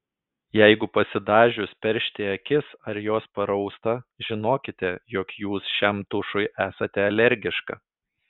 jeigu pasidažius peršti akis ar jos parausta žinokite jog jūs šiam tušui esate alergiška